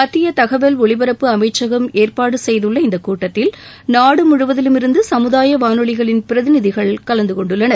மத்திய தகவல் ஒலிபரப்பு அமைச்சகம் ஏற்பாடு செய்துள்ள இந்த கூட்டத்தில் நாடு முழுவதிலுமிருந்து சமுதாய வானொலிகளின் பிரதிநிதிகள் கலந்துகொண்டுள்ளனர்